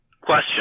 Question